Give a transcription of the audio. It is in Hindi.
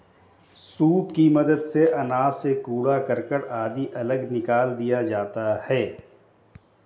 सूप की मदद से अनाज से कूड़ा करकट आदि अलग निकाल दिया जाता है